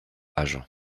agen